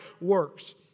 works